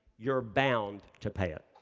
you're bound to pay it.